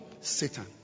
Satan